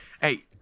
hey